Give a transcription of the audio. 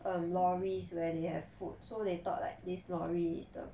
um lorries where they have food so they thought like this lorry is the